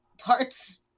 parts